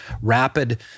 rapid